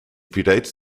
predates